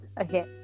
Okay